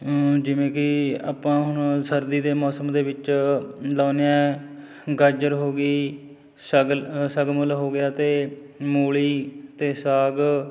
ਜਿਵੇਂ ਕਿ ਆਪਾਂ ਹੁਣ ਸਰਦੀ ਦੇ ਮੌਸਮ ਦੇ ਵਿੱਚ ਲਾਉਂਦੇ ਹਾਂ ਗਾਜਰ ਹੋ ਗਈ ਸਗ ਸ਼ਗਮਲ ਹੋ ਗਿਆ ਅਤੇ ਮੂਲੀ ਅਤੇ ਸਾਗ